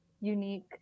unique